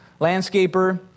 landscaper